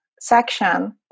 section